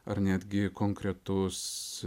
ar netgi konkretus